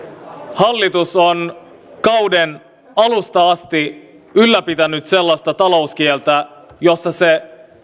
hallitus on kauden alusta asti ylläpitänyt sellaista talouskieltä jossa se